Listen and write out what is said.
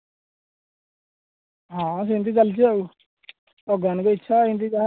ହଁ ସେମିତି ଚାଲିଛି ଆଉ ଭଗବାନଙ୍କ ଇଚ୍ଛା ଯାହା ଏମିତି ଯାହା ବେପାର ହେଉଛି ଆଉ